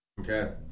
Okay